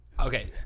Okay